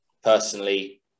personally